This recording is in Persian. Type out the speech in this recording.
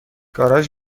گاراژ